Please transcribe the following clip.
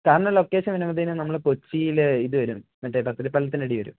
location വരുമ്പത്തേന് നമ്മൾ കൊച്ചിയിൽ ഇത് വരും മറ്റേ പാലത്തിൻ്റെ അടിയിൽ വരും